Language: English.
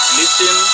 listen